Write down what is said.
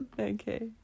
Okay